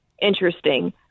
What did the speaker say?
interesting